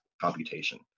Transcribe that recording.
computation